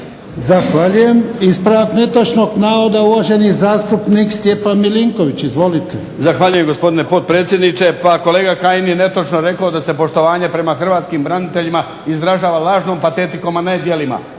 Zahvaljujem. Ispravak netočnog navoda uvaženi zastupnik Stjepan Milinković. Izvolite. **Milinković, Stjepan (HDZ)** Zahvaljujem gospodine potpredsjedniče. Pa kolega Kajin je netočno rekao da se poštovanje prema hrvatskim braniteljima izražava lažnom patetikom, a ne djelima.